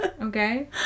okay